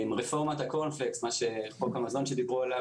רפורמת הקורנפלקס - חוק המזון שדיברו עליו,